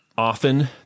often